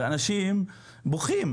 ואנשים בוכים,